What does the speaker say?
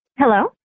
Hello